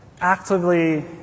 actively